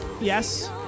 yes